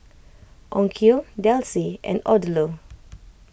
Onkyo Delsey and Odlo